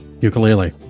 ukulele